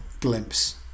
glimpse